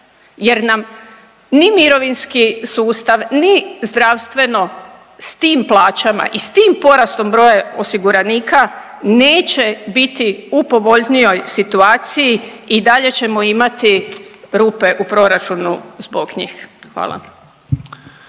jer nam ni mirovinski sustav, ni zdravstveno s tim plaćama i s tim porastom broja osiguranika neće biti u povoljnijoj situaciji i dalje ćemo imati u rupe u proračunu zbog njih. Hvala.